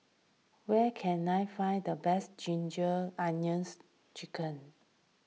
where can I find the best Ginger Onions Chicken